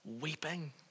Weeping